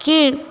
கீழ்